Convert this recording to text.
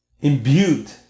imbued